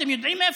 אתם יודעים לאיפה?